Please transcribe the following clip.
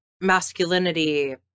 masculinity